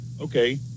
okay